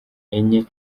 enye